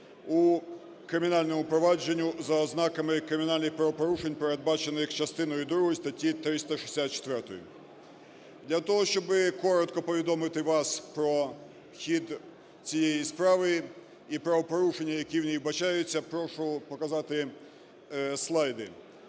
у кримінальному провадженні за ознаками кримінальних правопорушень, передбачених частиною другою статті 364. Для того, щоб коротко повідомити вас про хід цієї справи і правопорушень, які в ній вбачаються. Прошу показати слайди.